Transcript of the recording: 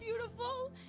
beautiful